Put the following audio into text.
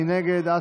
מי נגד?